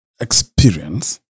experience